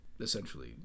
essentially